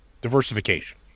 Diversification